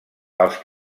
els